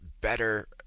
better